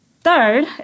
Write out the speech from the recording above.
Third